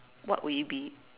what will it be